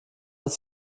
ist